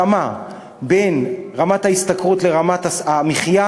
התאמה בין רמת ההשתכרות לרמת המחיה,